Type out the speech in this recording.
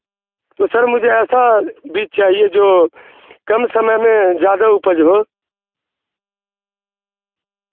تو سر مجھے ایسا بیچ چاہیے جو کم سمعے میں زیادہ اپوج ہو